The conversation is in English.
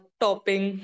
topping